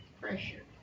pressure